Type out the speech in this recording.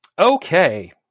okay